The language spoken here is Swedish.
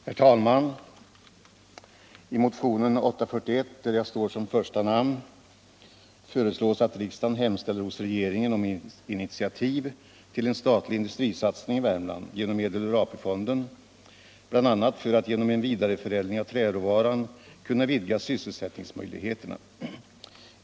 Herr talman! I motionen 841, där jag står som första namn, föreslås att riksdagen hemställer hos regeringen om initiativ till en statlig industrisatsning i Värmland genom medel ur AP-fonden, bl.a. för att genom en vidareförädling av träråvaran kunna vidga sysselsättningsmöjhigheterna.